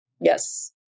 yes